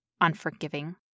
unforgiving